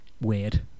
weird